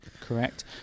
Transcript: correct